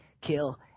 kill